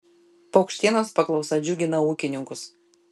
paukštienos paklausa džiugina ūkininkus